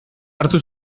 hartu